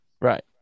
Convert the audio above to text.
right